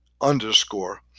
underscore